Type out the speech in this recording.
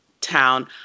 town